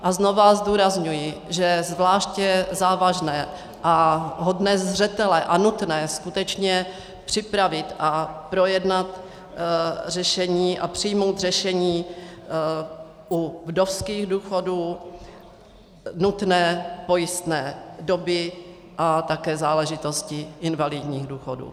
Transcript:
A znovu zdůrazňuji, že zvláště závažné a hodné zřetele a nutné skutečně připravit a projednat řešení a přijmout řešení u vdovských důchodů, nutné pojistné doby a také záležitosti invalidních důchodů.